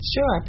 Sure